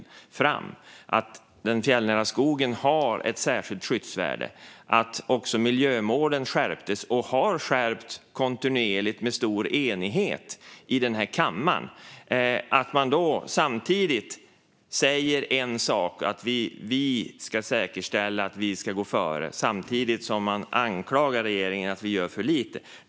Det var då man kom fram till att den fjällnära skogen har ett särskilt skyddsvärde och också skärpte miljömålen. De har också skärpts kontinuerligt med stor enighet i den här kammaren. Här säger man att vi ska säkerställa att vi ska gå före, samtidigt som man anklagar regeringen för att göra för lite.